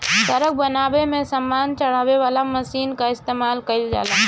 सड़क बनावे में सामान चढ़ावे वाला मशीन कअ इस्तेमाल कइल जाला